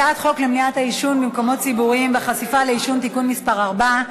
למניעת העישון במקומות ציבוריים והחשיפה לעישון (תיקון מס' 4),